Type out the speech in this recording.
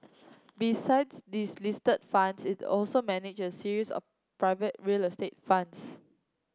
besides these listed funds it also manages a series of private real estate funds